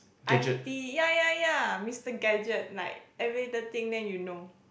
i_t yeah yeah yeah Mister gadget like every little thing then you know